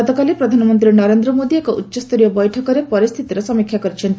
ଗତକାଲି ପ୍ରଧାନମନ୍ତ୍ରୀ ନରେନ୍ଦ୍ର ମୋଦି ଏକ ଉଚ୍ଚସ୍ତରୀୟ ବୈଠକରେ ପରିସ୍ଥିତିର ସମୀକ୍ଷା କରିଛନ୍ତି